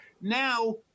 Now